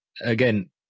Again